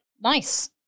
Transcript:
Nice